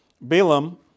Balaam